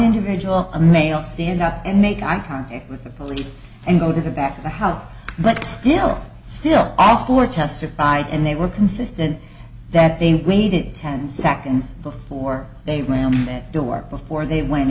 individual a male stand up and make eye contact with the police and go to the back of the house but still still all four testified and they were consistent that they made it ten seconds before they rammed that door before they went